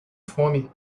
fome